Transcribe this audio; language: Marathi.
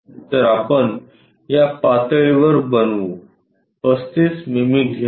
तर आपण या पातळीवर बनवू 35 मिमी घेवून